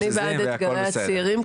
אני בעד אתגרי הצעירים,